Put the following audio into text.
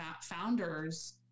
founders